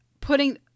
putting